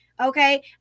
okay